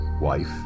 wife